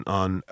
on